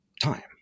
time